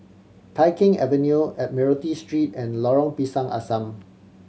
Tai Keng Avenue Admiralty Street and Lorong Pisang Asam